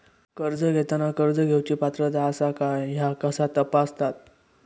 कर्ज घेताना कर्ज घेवची पात्रता आसा काय ह्या कसा तपासतात?